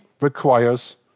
requires